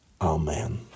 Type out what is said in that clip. Amen